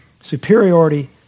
superiority